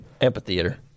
Amphitheater